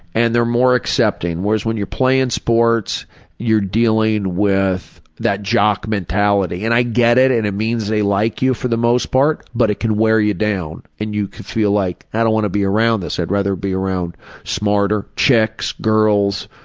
and they're accepting, whereas when you're playing sports you're dealing with that jock mentality. and i get it and it means they like you for the most part, but it can wear you down. and you can feel like i don't want to be around this, i'd rather be around smarter chicks, girls,